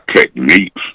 techniques